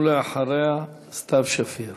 ואחריה, סתיו שפיר.